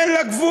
אין לה גבול,